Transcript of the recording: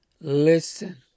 listen